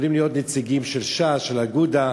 יכולים להיות נציגים של ש"ס, של אגודה,